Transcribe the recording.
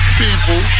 people